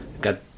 got